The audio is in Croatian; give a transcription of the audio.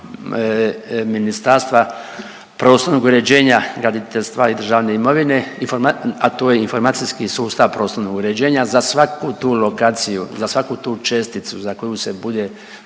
Ministarstva prostornog uređenja, graditeljstva i državne imovine, a to je informacijski sustav prostornog uređenja za svaku tu lokaciju, za svaku tu česticu za koju se bude